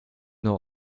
nur